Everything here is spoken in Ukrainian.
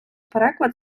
переклад